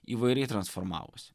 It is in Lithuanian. įvairiai transformavosi